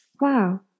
Wow